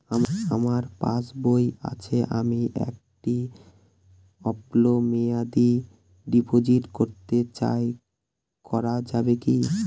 আমার পাসবই আছে আমি একটি স্বল্পমেয়াদি ডিপোজিট করতে চাই করা যাবে কি?